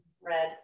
red